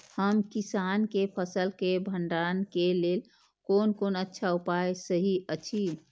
हम किसानके फसल के भंडारण के लेल कोन कोन अच्छा उपाय सहि अछि?